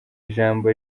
ijambo